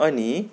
अनि